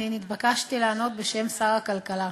נתבקשתי לענות בשם שר הכלכלה.